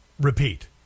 repeat